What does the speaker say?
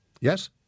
Yes